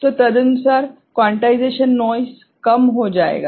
तो तदनुसार quantization noise कम हो जाएगा